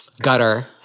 gutter